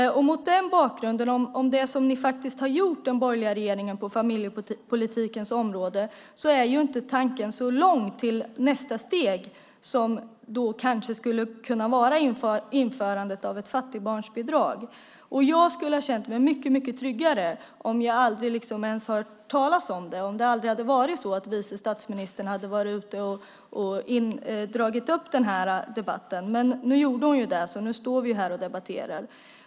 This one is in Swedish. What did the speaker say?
Mot bakgrund av det som ni faktiskt har gjort från den borgerliga regeringen på familjepolitikens område är inte tanken på nästa steg så långt borta. Det kanske skulle kunna vara införandet av ett fattigbarnbidrag. Jag skulle ha känt mig mycket tryggare om jag aldrig ens hade hört talas om det - om det aldrig hade varit så att vice statsministern hade varit uppe och dragit upp debatten. Men nu gjorde hon det, så nu står vi här och debatterar.